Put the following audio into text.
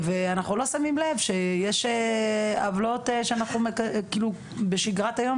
אנחנו לא שמים לב שיש עוולות בשגרת היום